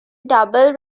double